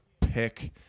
pick